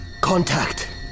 Contact